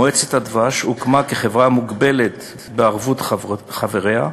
מועצת הדבש הוקמה כחברה מוגבלת בערבות חבריה,